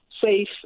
safe